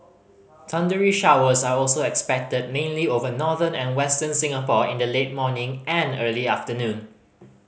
thundery showers are also expected mainly over northern and Western Singapore in the late morning and early afternoon